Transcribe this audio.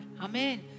Amen